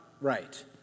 right